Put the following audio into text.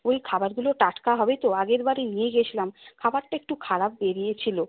ওই খাবারগুলো টাটকা হবে তো আগেরবারে নিয়ে গেছিলাম খাবারটা একটু খারাপ বেরিয়েছিল